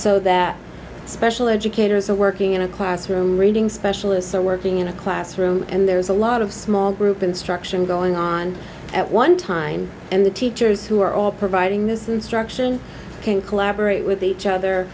so that special educators are working in a classroom reading specialists or working in a classroom and there's a lot of small group instruction going on at one time and the teachers who are all providing this instruction can collaborate with each other